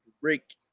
Rick